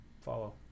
follow